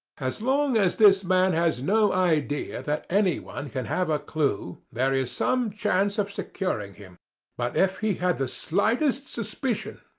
as long as this man has no idea that anyone can have a clue there is some chance of securing him but if he had the slightest suspicion,